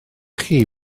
chi